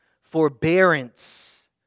forbearance